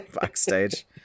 backstage